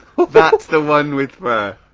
that's the one with fur.